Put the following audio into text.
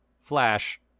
Flash